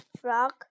Frog